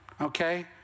Okay